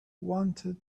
wanted